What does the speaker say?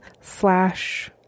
slash